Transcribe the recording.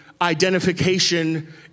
identification